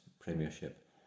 Premiership